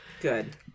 Good